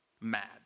mad